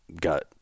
Got